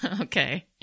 Okay